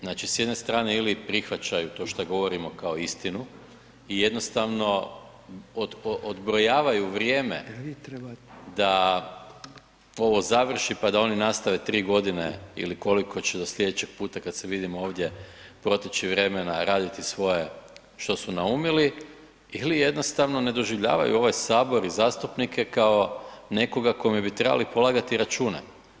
Znači s jedne strane ili prihvaćaju to šta govorimo kao istinu i jednostavno odbrojavaju vrijeme da ovo završi pa da oni nastave 3 g. ili koliko će do slijedećeg puta kad se vidimo ovdje proteći vremena, raditi svoje što su naumili ili jednostavno ne doživljavaju ovaj Sabor i zastupnike kao nekoga kome bi trebali polagati račune.